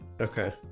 Okay